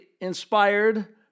inspired